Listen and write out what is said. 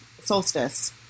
solstice